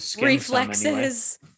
reflexes